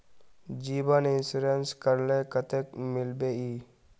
जीवन इंश्योरेंस करले कतेक मिलबे ई?